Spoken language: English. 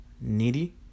needy